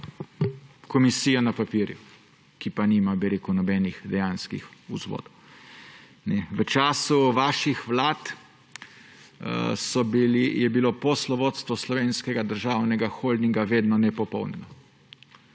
komisijo na papirju, ki pa nima nobenih dejanskih vzvodov. V času vaših vlad je bilo poslovodstvo Slovenskega državnega holdinga vedno nepopolno.